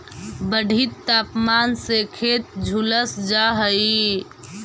बढ़ित तापमान से खेत झुलस जा हई